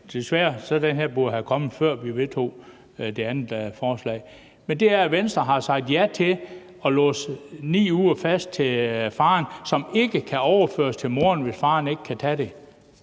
desværre burde det her forslag være kommet, før vi vedtog det andet forslag – er, at Venstre har sagt ja til at låse 9 uger fast til faren, som ikke kan overføres til moren, hvis faren ikke kan tage dem.